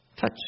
Touch